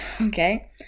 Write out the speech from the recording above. Okay